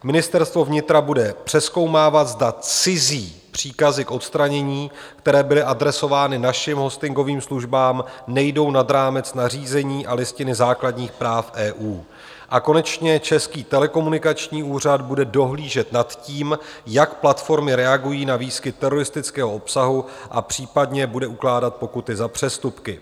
Ministerstvo vnitra bude přezkoumávat, zda cizí příkazy k odstranění, které byly adresovány našim hostingovým službám, nejdou nad rámec nařízení a Listiny základních práv EU, a konečně Český telekomunikační úřad bude dohlížet nad tím, jak platformy reagují na výskyt teroristického obsahu, a případně bude ukládat pokuty za přestupky.